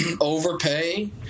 Overpay